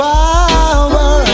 Power